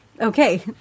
Okay